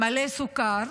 מלא סוכר,